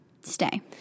stay